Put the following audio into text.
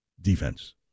Defense